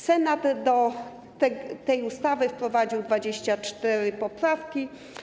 Senat do tej ustawy wprowadził 24 poprawki.